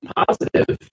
positive